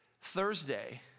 Thursday